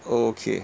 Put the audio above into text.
okay